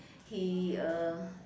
he uh